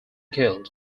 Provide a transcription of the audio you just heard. killed